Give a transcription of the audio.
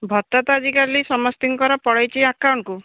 ଭତ୍ତା ତ ଆଜିକାଲି ସମସ୍ତଙ୍କର ପଳାଇଛି ଆକାଉଣ୍ଟ୍କୁ